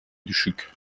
düşük